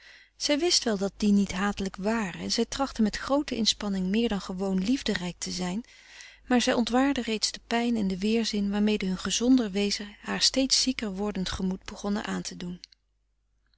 zij wist wel dat die niet hatelijk waren en zij trachtte met groote inspanning meer dan gewoon liefderijk te zijn maar zij ontwaarde reeds de pijn en den weerzin waarmede hun gezonder wezen haar steeds zieker wordend gemoed begonnen aan te doen